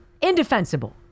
Indefensible